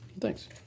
Thanks